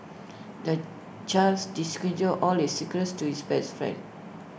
the child all his secrets to his best friend